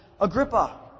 Agrippa